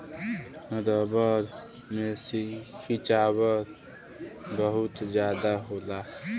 rubber में खिंचाव बहुत जादा होला